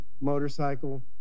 motorcycle